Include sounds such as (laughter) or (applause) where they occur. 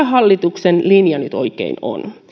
(unintelligible) hallituksen linja nyt oikein on